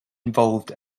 involved